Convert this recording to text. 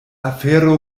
afero